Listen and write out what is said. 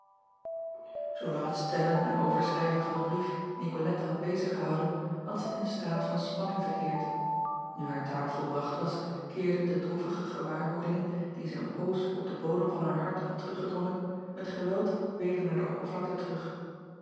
oolang het stellen en overschrijven van den brief icolette had bezig gehouden had zij in een staat van spanning verkeerd nu haar taak volbracht was keerden de droeve gewaarwordingen die zij een poos op den bodem van haar hart had teruggedrongen met geweld weder naar de oppervlakte terug